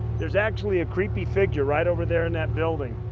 there's actually a creepy figure right over there in that building.